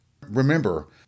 Remember